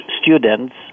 students